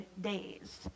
days